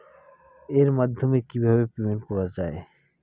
এর মাধ্যমে কিভাবে পেমেন্ট করা য়ায়?